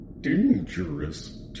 dangerous